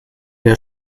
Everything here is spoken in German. der